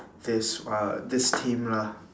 this uh this team lah